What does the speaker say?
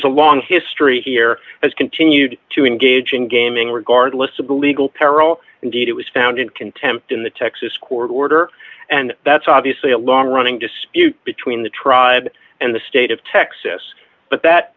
there's a long history here has continued to engage in gaming regardless of the legal peril indeed it was found in contempt in the texas court order and that's obviously a long running dispute between the tribe and the state of texas but that